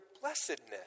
blessedness